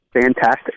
Fantastic